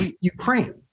Ukraine